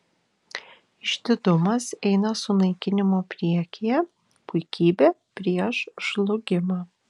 išdidumas eina sunaikinimo priekyje puikybė prieš žlugimą